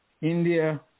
India